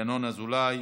ינון אזולאי,